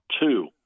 two